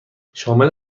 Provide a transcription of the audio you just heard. شامل